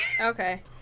Okay